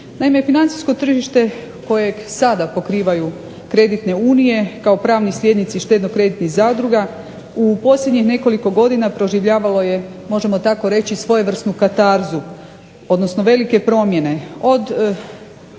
Naime, financijsko tržište kojeg sada pokrivaju kreditne unije kao pravni sljednici štedno-kreditnih zadruga u posljednjih nekoliko godina proživljavalo je, možemo tako reći svojevrsnu katarzu, odnosno velike promjene.